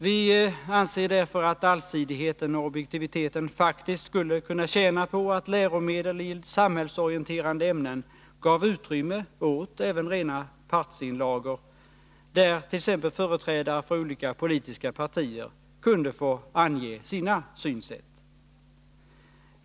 Vi anser därför att allsidigheten och objektiviteten faktiskt skulle kunna tjäna på att läromedel i samhällsorienterande ämnen gav utrymme åt även rena partsinlagor, där t.ex. företrädare för olika politiska partier kunde få ange sina synsätt.